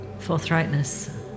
forthrightness